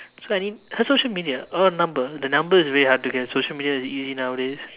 so I mean her social media or number the number is very hard to get social media is easy nowadays